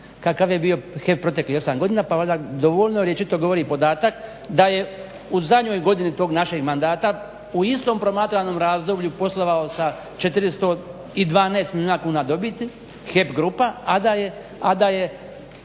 kakav je to HEP bio proteklih 8 godina, pa onda dovoljno rječito govori podatak da je u zadnjoj godini tog našeg mandata u istom promatranom razdoblju poslovao sa 412 milijuna kuna dobiti HEP Grupa a da je